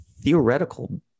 theoretical